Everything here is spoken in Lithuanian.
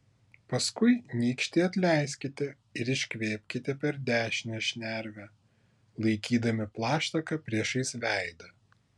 paskui nykštį atleiskite ir iškvėpkite per dešinę šnervę laikydami plaštaką priešais veidą